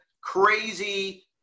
crazy